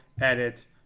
edit